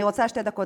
אני רוצה שתי דקות.